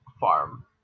farm